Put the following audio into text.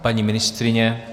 Paní ministryně?